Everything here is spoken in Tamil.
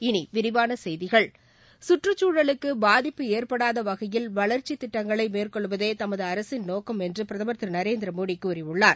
இனி விரிவான செய்திகள் கற்றுச்சூழலுக்கு பாதிப்பு ஏற்படாத வகையில் வளர்ச்சித் திட்டங்களை மேற்கொள்வதே தமது அரசின் நோக்கம் என்று பிரதமர் திரு நரேந்திரமோடி கூறியுள்ளார்